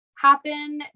happen